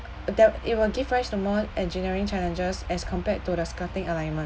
there it will give rise to more engineering challenges as compared to the skirting alignment